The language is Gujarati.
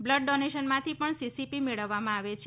બ્લડ ડોનેશનમાંથી પણ સીસીપી મેળવવામાં આવે છે